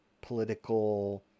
political